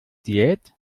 diät